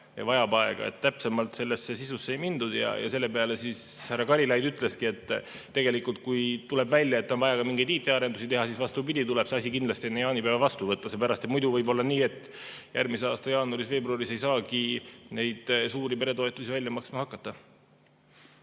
ja vajab aega. Täpsemalt sellesse sisusse ei mindud ja selle peale siis härra Karilaid ütleski, et tegelikult, kui tuleb välja, et on vaja mingeid IT‑arendusi teha, siis vastupidi, tuleb see asi kindlasti enne jaanipäeva vastu võtta. Muidu võib olla nii, et järgmise aasta jaanuaris-veebruaris ei saagi neid suuri peretoetusi välja maksma hakata.